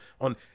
on